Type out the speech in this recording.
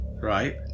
right